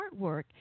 artwork